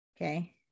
Okay